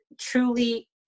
truly